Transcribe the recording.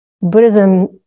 Buddhism